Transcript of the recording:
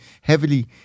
heavily